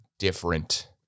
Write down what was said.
different